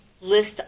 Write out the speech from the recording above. list